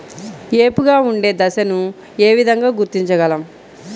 ఏపుగా ఉండే దశను ఏ విధంగా గుర్తించగలం?